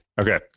Okay